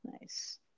Nice